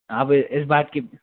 अब इस बात की